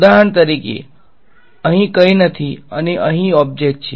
ઉદાહરણ તરીકે અહીં કંઈ નથી અને અહીં ઓબ્જેક્ટ છે